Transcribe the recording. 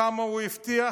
כמה הוא הבטיח,